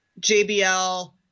JBL